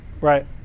Right